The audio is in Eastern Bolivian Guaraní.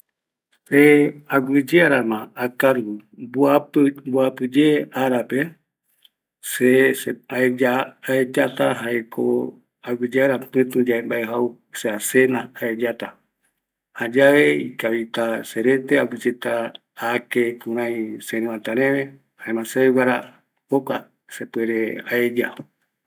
Se aguiyearama akaruye mboapɨ arape, se aeyata aguiyeara pɨtu yae mbae jau, cena aeyata, jayave ikavita serete. Aguiyeta ake serïvata reve jaema seveguara jokua se puere aeya